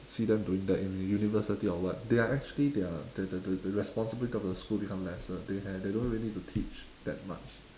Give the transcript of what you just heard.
see them doing that in a university or what they are actually their the the the responsibilities of the school become lesser they had they don't really need to teach that much